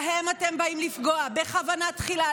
בהם אתם באים לפגוע בכוונה תחילה,